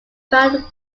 found